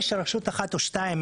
יש רשות אחת או שתיים,